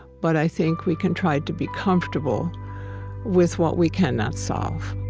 but i think we can try to be comfortable with what we cannot solve